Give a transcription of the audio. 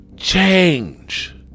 Change